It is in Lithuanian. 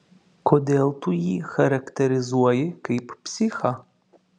kodėl tu jį charakterizuoji kaip psichą